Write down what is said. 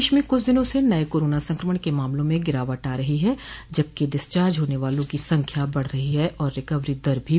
प्रदेश में कुछ दिनों से नये कोरोना संक्रमण के मामलों में गिरावट आ रही है जबकि डिस्चार्ज होने वालों की संख्या बढ़ रही है और रिकवरी दर भी बहतर हो रही है